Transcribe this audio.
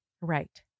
Right